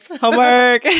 Homework